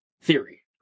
theory